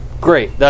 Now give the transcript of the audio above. Great